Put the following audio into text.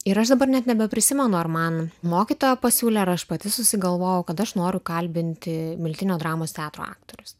ir aš dabar net nebeprisimenu ar man mokytoja pasiūlė ar aš pati susigalvojau kad aš noriu kalbinti miltinio dramos teatro aktorius